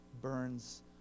burns